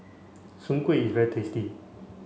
Soon Kuih is very tasty